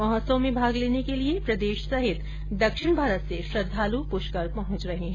महोत्सव में भाग लेने के लिए प्रदेश सहित दक्षिण भारत से श्रद्धालु पुष्कर पहुंच रहे हैं